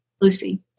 Lucy